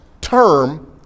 term